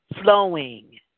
flowing